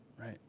right